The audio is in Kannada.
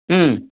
ಹ್ಞೂ